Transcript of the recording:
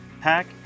Pack